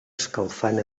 escalfant